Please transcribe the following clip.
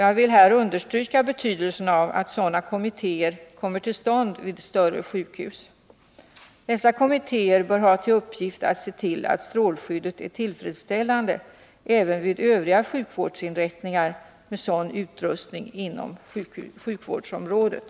Jag vill här understryka betydelsen av att sådana kommittéer kommer till stånd vid större sjukhus. Dessa kommittéer bör ha till uppgift att se till att strålskyddet är tillfredsställande även vid övriga sjukvårdsinrättningar med sådan utrustning inom sjukvårdsdistriktet.